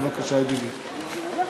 בבקשה, ידידי.